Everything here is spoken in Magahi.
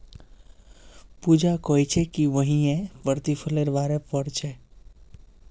पूजा कोहछे कि वहियं प्रतिफलेर बारे पढ़ छे